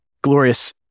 glorious